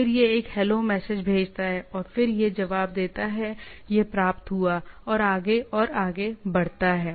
फिर यह एक हेलो मैसेज भेजता है और फिर यह जवाब देता है कि यह प्राप्त हुआ है और आगे और आगे बढ़ता है